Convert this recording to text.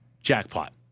Jackpot